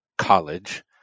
college